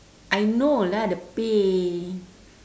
I know lah the pay